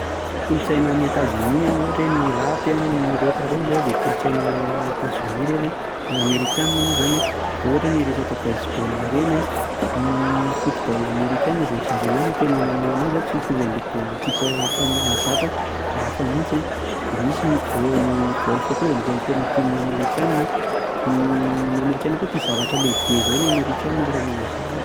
Kolontsaina any Etazonia an ohatra hoe ny rap, ny rock ireny izao dia kolontsaina any Etazonia ireny an, amerikana moa izany an dia ohatra hoe ireny resaka baseball ireny an, ny football amerikana izay ry zareo ihany no tena manao an'azy an, tsy mitovy amin'ilay baolina kitra efa mahazatra fa hafa mihintsy an, dia misy ny golf koa izay anisany tena tian'ny amerikana. Ny amerikana koa tia zavatra lehibe izay ny amerikana rehefa manao zavatra.